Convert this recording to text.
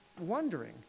wondering